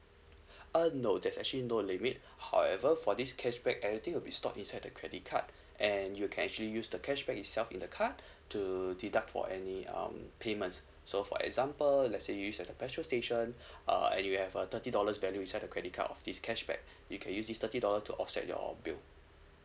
uh no that's actually no limit however for this cashback anything will be stored inside the credit card and you can actually use the cashback itself in the card to deduct for any um payments so for example let's say you use at the petrol station uh and you have a thirty dollars value inside the credit card of this cashback you can use this thirty dollar to offset your bill